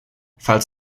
falls